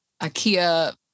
IKEA